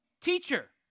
Teacher